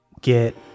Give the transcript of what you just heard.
get